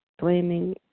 blaming